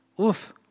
Oof